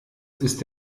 ist